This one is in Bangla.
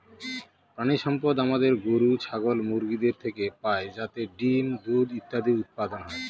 প্রানীসম্পদ আমাদের গরু, ছাগল, মুরগিদের থেকে পাই যাতে ডিম, দুধ ইত্যাদি উৎপাদন হয়